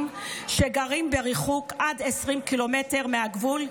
שגרים במרחק של עד 20 קילומטר מהגבול,